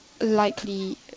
Likely